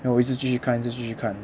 then 我一直继续看一直继续看